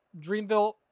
Dreamville